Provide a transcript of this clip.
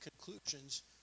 conclusions